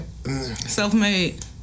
Self-made